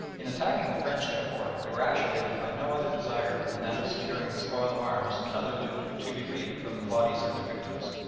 in attacking the french, therefore, they were actuated by no other desire than that of securing the spoil of arms and other loot to be reaped from the bodies of their victims.